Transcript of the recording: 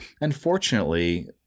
unfortunately